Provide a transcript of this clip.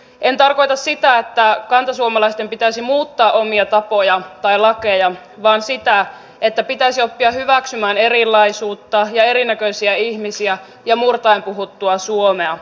en tarkoita sitä että kantasuomalaisten pitäisi muuttaa omia tapojaan tai lakejaan vaan sitä että pitäisi oppia hyväksymään erilaisuutta ja erinäköisiä ihmisiä ja murtaen puhuttua suomea